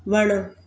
वण